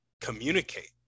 communicate